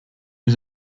was